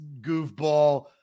goofball